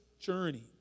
journey